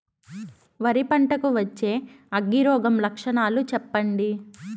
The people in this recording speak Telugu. వరి పంట కు వచ్చే అగ్గి రోగం లక్షణాలు చెప్పండి?